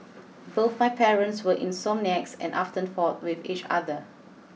both my parents were insomniacs and often fought with each other